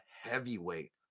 heavyweight